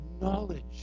knowledge